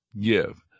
give